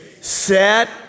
set